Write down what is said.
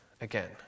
again